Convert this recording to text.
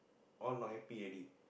all not happy already